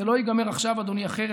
זה לא ייגמר עכשיו, אדוני, אחרת.